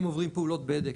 הם עוברים פעולות בדק,